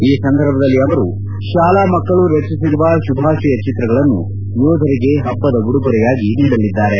ಈ ಸಂದರ್ಭದಲ್ಲಿ ಅವರು ಶಾಲಾ ಮಕ್ಕಳು ರಚಿಸಿರುವ ಶುಭಾಶಯ ಚಿತ್ರಗಳನ್ನು ಯೋಧರಿಗೆ ಹಬ್ಲದ ಉಡುಗೊರೆಯಾಗಿ ನೀಡಲಿದ್ದಾರೆ